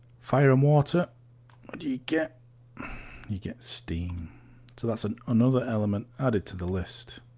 fire and water do you get you get steam so that's an another element added to the list